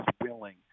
willing